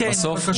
אני מבין.